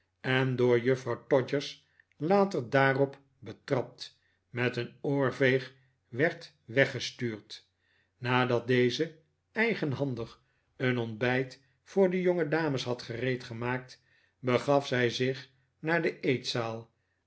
en door juffrouw todgers later daarop betrapt met een oorveeg werd weggestuurd nadat deze eigenhandig een ontbijt voor de jongedames had gereedgemaakt begaf zij zich naar de eetzaal